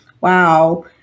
Wow